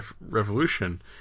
Revolution